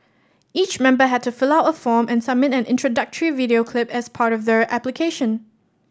each member had to fill out a form and submit an introductory video clip as part of their application